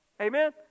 Amen